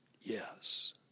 Yes